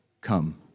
Come